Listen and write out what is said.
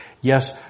yes